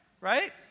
right